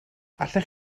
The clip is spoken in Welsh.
allech